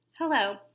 Hello